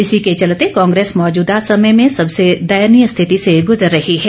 इसी के चलते कांग्रेस मौजूदा समय में सबसे दयनीय स्थिति से गुजर रही है